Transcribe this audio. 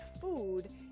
food